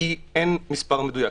אין מספר מדויק.